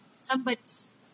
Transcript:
somebody's